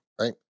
right